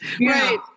right